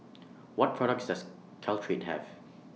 What products Does Caltrate Have